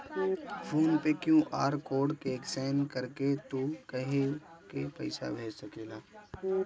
phone पे QR code के scan करके तू केहू के पईसा भेज सकेला